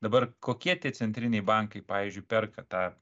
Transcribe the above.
dabar kokie tie centriniai bankai pavyzdžiui perka tą